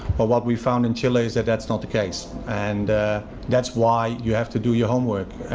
but what we found in chile is that that's not the case and that's why you have to do your homework,